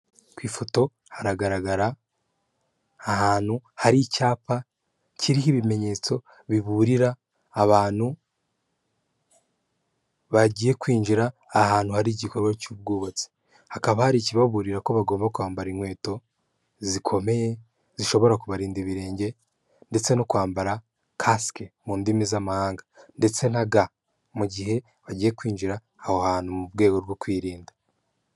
Ku ifoto haragaragara ahantu hari icyapa kiriho ibimenyetso biburira abantu bagiye kwinjira ahantu hari igikorwa cy'ubwubatsi hakaba hari ikibaburira ko bagomba kwambara inkweto zikomeye zishobora kubarinda ibirenge ndetse no kwambara kasike mu ndimi z'amahanga ndetse na ga mu gihe bagiye kwinjira aho hantu mu rwego rwo kwirinda.